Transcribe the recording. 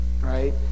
right